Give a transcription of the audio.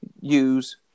use